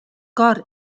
cor